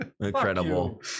incredible